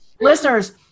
Listeners